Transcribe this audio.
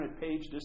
page